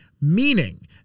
meaning